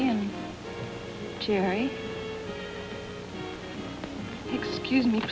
and carry excuse me